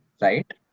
right